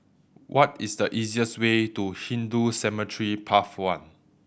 what is the easiest way to Hindu Cemetery Path One